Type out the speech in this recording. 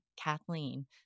Kathleen